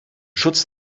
schutz